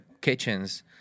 kitchens